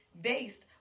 based